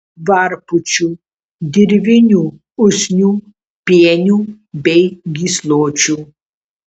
varpučių dirvinių usnių pienių bei gysločių